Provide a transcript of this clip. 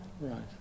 Right